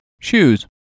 Shoes